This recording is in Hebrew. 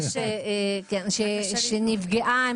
שנפגעה